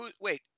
Wait